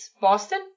Boston